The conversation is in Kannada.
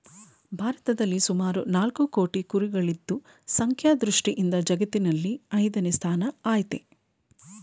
ಭಾರತದಲ್ಲಿ ಸುಮಾರು ನಾಲ್ಕು ಕೋಟಿ ಕುರಿಗಳಿದ್ದು ಸಂಖ್ಯಾ ದೃಷ್ಟಿಯಿಂದ ಜಗತ್ತಿನಲ್ಲಿ ಐದನೇ ಸ್ಥಾನ ಆಯ್ತೆ